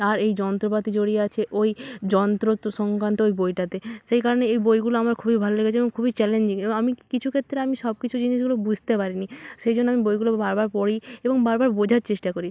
আর এই যন্ত্রপাতি জড়িয়ে আছে ওই যন্ত্র সংক্রান্ত ওই বইটাতে সেই কারণে এই বইগুলো আমার খুবই ভালো লেগেছে এবং খুবই চ্যালেঞ্জিং এবং আমি কিছু ক্ষেত্রে আমি সব কিছু জিনিসগুলো বুঝতে পারিনি সেই জন্য আমি বইগুলো বারবার পড়ি এবং বারবার বোঝার চেষ্টা করি